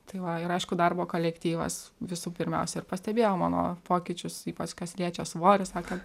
tai va ir aišku darbo kolektyvas visų pirmiausia ir pastebėjo mano pokyčius ypač kas liečia svorį sakė